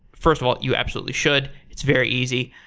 first of all, you absolutely should. it's very easy.